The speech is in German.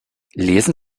lesen